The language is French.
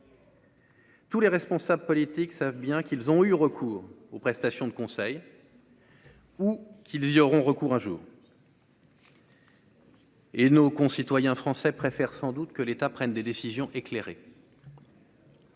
Tous les responsables politiques savent bien qu'ils ont eu recours aux prestations de conseil. Ou qu'il y auront recours un jour. Et nos concitoyens français préfèrent sans doute que l'État prenne des décisions éclairées.